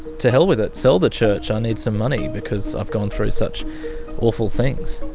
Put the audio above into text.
to hell with it, sell the church, i need some money because i've gone through such awful things'?